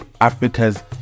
Africa's